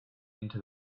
into